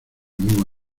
mismo